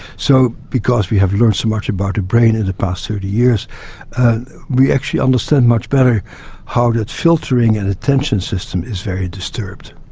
so because we have learned so much about the brain in the past thirty years we actually understand much better how that filtering and attention system is very disturbed.